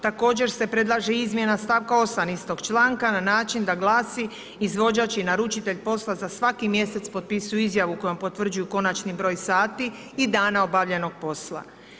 Također se predlaže izmjena stavka 8. istog članka, na način da glasi, izvođač i naručitelj posla za svaki mjesec potpisuju izjavu kojom potvrđuju konačni br. sati i dana obavljenog posla.